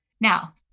Now